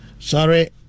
Sorry